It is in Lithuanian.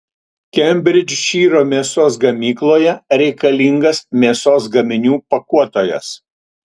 kembridžšyro mėsos gamykloje reikalingas mėsos gaminių pakuotojas